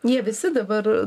jie visi dabar